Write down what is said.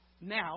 now